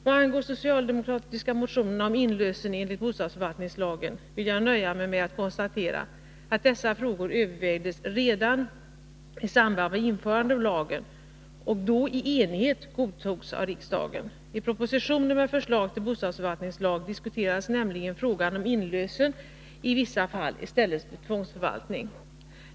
Vad angår de socialdemokratiska motionerna om inlösen enligt bostadsförvaltningslagen vill jag nöja mig med att konstatera att dessa frågor övervägdes redan i samband med införandet av lagen och då i enighet godtogs i riksdagen. I propositionen med förslag till bostadsförvaltningslag diskuterades nämligen frågan om inlösen i vissa fall i stället för tvångsförvaltning.